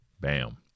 Bam